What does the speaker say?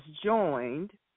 joined